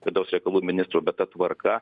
vidaus reikalų ministro bet ta tvarka